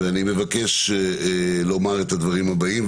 ואני מבקש לומר את הדברים הבאים,